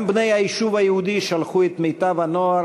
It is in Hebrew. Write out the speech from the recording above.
גם בני היישוב היהודי שלחו את מיטב הנוער